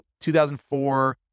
2004